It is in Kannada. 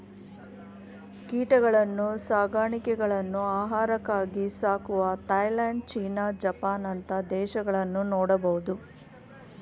ಕೀಟಗಳನ್ನ್ನು ಸಾಕಾಣೆಗಳನ್ನು ಆಹಾರಕ್ಕಾಗಿ ಸಾಕುವ ಥಾಯಲ್ಯಾಂಡ್, ಚೀನಾ, ಜಪಾನ್ ಅಂತ ದೇಶಗಳನ್ನು ನೋಡಬಹುದು